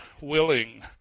willing